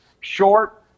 short